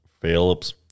Phillips